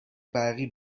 برقی